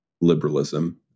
liberalism